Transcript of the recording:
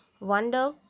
wonder